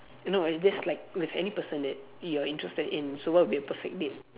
y~ no just like with any person that you are interested in so what will be a perfect date